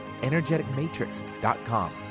energeticmatrix.com